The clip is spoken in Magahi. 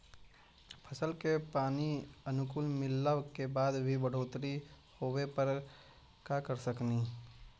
फसल के पानी अनुकुल मिलला के बाद भी न बढ़ोतरी होवे पर का कर सक हिय?